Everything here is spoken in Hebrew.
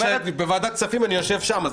בוועדת הכספים אני יושב שם, מול היושב-ראש.